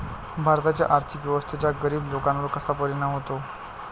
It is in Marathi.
भारताच्या आर्थिक व्यवस्थेचा गरीब लोकांवर कसा परिणाम होतो?